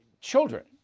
children